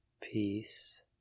peace